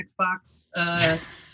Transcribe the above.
Xbox